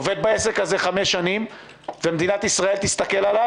עובד בעסק הזה חמש שנים ומדינת ישראל תגיד לו